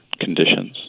conditions